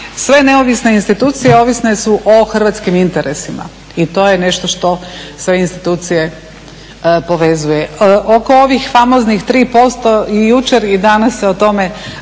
sve neovisne institucije ovisne su o hrvatskim interesima i to je nešto što sve institucije povezuje. Oko ovih famoznih 3% jučer i danas se o tome